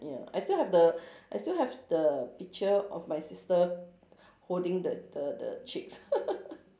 ya I still have the I still have the picture of my sister holding the the the chicks